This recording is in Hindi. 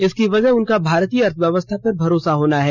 इसकी वजह उनका भारतीय अर्थव्यवस्था पर भरोसा होना है